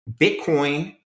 Bitcoin